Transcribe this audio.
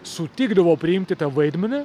sutikdavo priimti tą vaidmenį